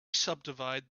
subdivide